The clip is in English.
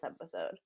episode